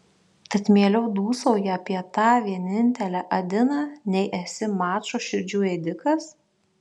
tad mieliau dūsauji apie tą vienintelę adiną nei esi mačo širdžių ėdikas